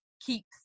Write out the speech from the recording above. keep